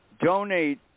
donate